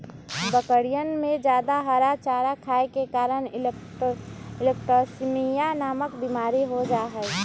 बकरियन में जादा हरा चारा खाये के कारण इंट्रोटॉक्सिमिया नामक बिमारी हो जाहई